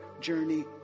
journey